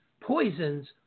poisons